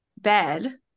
bed